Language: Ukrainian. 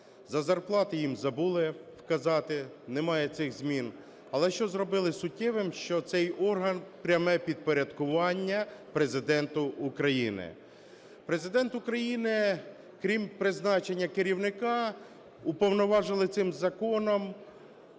за зарплати їм забули вказати, немає цих змін, але що зробили суттєвим, що цей орган пряме підпорядкування Президенту України. Президент України, крім призначення керівника, уповноважили цим законом